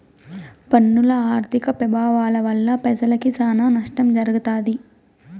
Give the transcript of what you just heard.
పన్నుల ఆర్థిక పెభావాల వల్ల పెజలకి సానా నష్టం జరగతాది